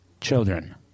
children